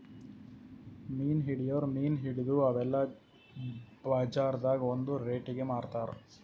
ಮೀನ್ ಹಿಡಿಯೋರ್ ಮೀನ್ ಹಿಡದು ಅವೆಲ್ಲ ಬಜಾರ್ದಾಗ್ ಒಂದ್ ರೇಟಿಗಿ ಮಾರ್ತಾರ್